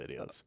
videos